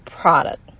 product